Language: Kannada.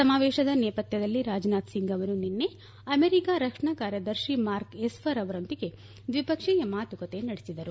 ಸಮಾವೇಶದಲ್ಲಿ ನೇಪಥ್ಯದಲ್ಲಿ ರಾಜನಾಥ್ ಸಿಂಗ್ ಅವರು ನಿನ್ನೆ ಅಮೆರಿಕ ರಕ್ಷಣಾ ಕಾರ್ಯದರ್ಶಿ ಮಾರ್ಕ್ ಎಸ್ಟರ್ ಅವರೊಂದಿಗೆ ದ್ವಿಪಕ್ಷೀಯ ಮಾತುಕತೆ ನಡೆಸಿದರು